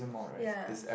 ya